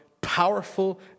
powerful